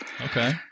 Okay